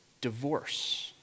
divorce